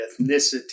ethnicity